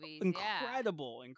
incredible